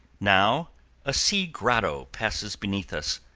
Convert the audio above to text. now a sea grotto passes beneath us,